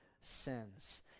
sins